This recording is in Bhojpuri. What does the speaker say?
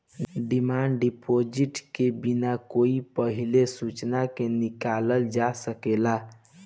डिमांड डिपॉजिट के बिना कोई पहिले सूचना के निकालल जा सकेला